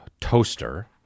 toaster